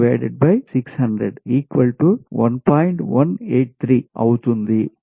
183 అవుతుంద